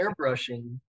airbrushing